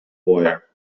wire